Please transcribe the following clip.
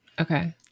okay